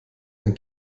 ein